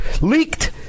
leaked